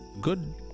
Good